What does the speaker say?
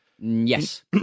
Yes